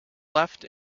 left